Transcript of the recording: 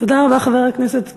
תודה רבה, חבר הכנסת גפני.